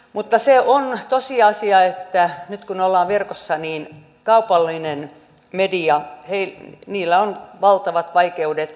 mutta se on tosiasia että nyt kun ollaan verkossa niin kaupallisella medialla on valtavat vaikeudet